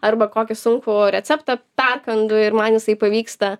arba kokį sunkų receptą perkandu ir man visai pavyksta